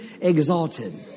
exalted